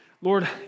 Lord